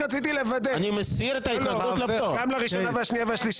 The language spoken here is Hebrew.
גם לראשונה, לשנייה ולשלישית?